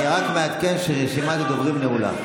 תתבייש, אני רק מעדכן שרשימת הדוברים נעולה.